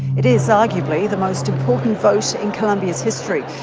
it is arguably the most important vote in colombia's history.